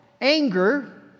anger